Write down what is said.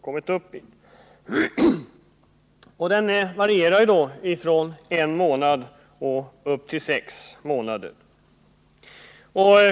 Uppsägningstidens längd varierar från en månad till sex månader.